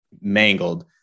mangled